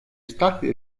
stati